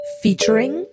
featuring